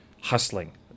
hustling